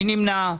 מי נמנע?